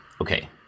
okay